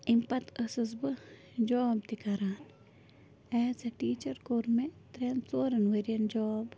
اَمہِ پتہٕ أسٕس بہٕ جاب تہِ کَران ایز اےٚ ٹیٖچر کوٚر مےٚ ترٛٮ۪ن ژورَن ؤرِیَن جاب